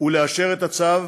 ולאשר את הצו